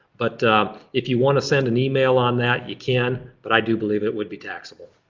but if you want to send an email on that you can, but i do believe it would be taxable.